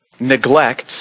neglect